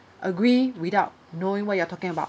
agree without knowing what you are talking about